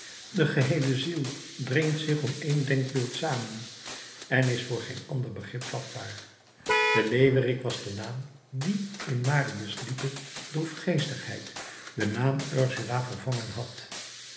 de geheele ziel dringt zich om één denkbeeld samen en is voor geen ander begrip vatbaar de leeuwerik was de naam die in marius diepe droefgeestigheid den naam ursula vervangen had